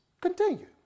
continue